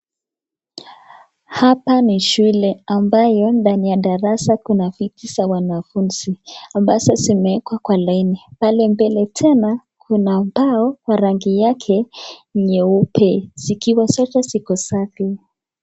Hapa ni shule ambayo ndani ya darasa kuna viti vya wanafunzi ambazo zimewekwa kwa laini pale mbele tena Kuna ubao ya rangi yake nyeupe zikiwa zote ziko safi.